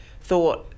thought